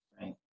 Right